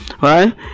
right